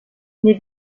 les